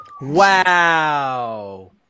Wow